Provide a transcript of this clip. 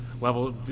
Level